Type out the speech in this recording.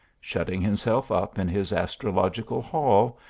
shutting himself up in his astrological hall,